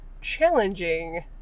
challenging